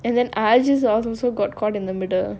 and then ajeedh also got caught in the middle